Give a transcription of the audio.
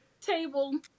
table